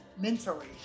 mentally